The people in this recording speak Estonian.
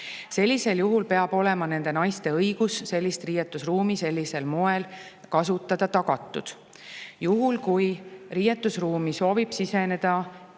Sellisel juhul peab olema nende naiste õigus riietusruumi sellisel moel kasutada tagatud. Juhul kui riietusruumi soovib siseneda